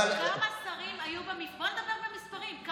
בוא נדבר במספרים.